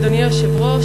אדוני היושב-ראש,